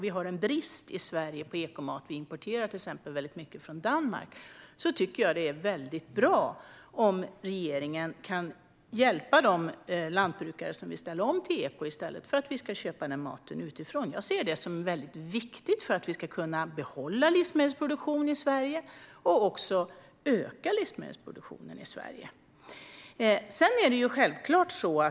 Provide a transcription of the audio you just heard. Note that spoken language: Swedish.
Vi har brist på ekomat i Sverige. Vi importerar till exempel mycket från Danmark. Då är det bra om regeringen kan hjälpa lantbrukare som vill ställa om till eko, i stället för att vi ska köpa maten utifrån. Det är viktigt för att vi ska kunna behålla och öka livsmedelsproduktionen i Sverige.